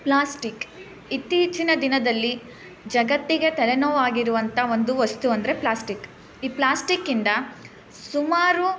plastic ಇತ್ತೀಚಿನ ದಿನದಲ್ಲಿ ಜಗತ್ತಿಗೆ ತಲೆನೋವಾಗಿರುವಂಥ ಒಂದು ವಸ್ತು ಅಂದರೆ ಪ್ಲಾಸ್ಟಿಕ್ ಈ ಪ್ಲಾಸ್ಟಿಕ್ಯಿಂದ ಸುಮಾರು